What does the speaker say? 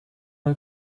mal